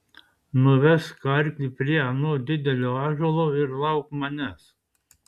nuvesk arklį prie ano didelio ąžuolo ir lauk manęs